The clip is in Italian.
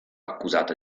accusata